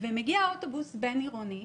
ומגיע אוטובוס בין עירוני,